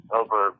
over